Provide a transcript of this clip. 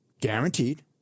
guaranteed